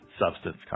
substance